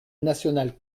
nationale